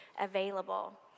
available